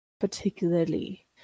particularly